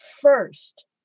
first